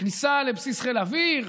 הכניסה לבסיס חיל האוויר.